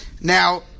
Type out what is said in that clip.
Now